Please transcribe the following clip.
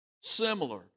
similar